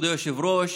כבוד היושב-ראש,